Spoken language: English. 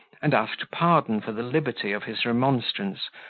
and asked pardon for the liberty of his remonstrance,